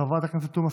חבר הכנסת טיבי,